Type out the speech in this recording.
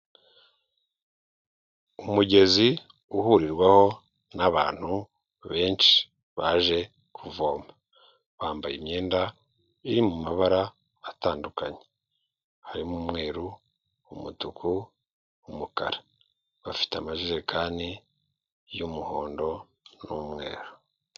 Umugezi uhurirwaho n'abantu benshi baje kuvoma bambaye imyenda iri mu mabara atandukanye harimo umweru, umutuku, umukara bafite amajerekani y'umuhondo n'umweru.